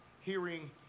hearing